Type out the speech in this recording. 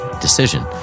decision